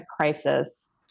crisis